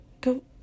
go